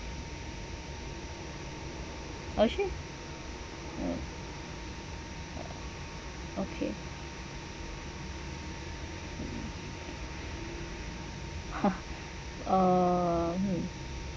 oh sure oh okay uh hmm